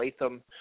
Latham